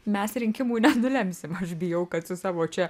mes rinkimų nenulemsim aš bijau kad su savo čia